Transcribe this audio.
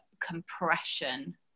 compression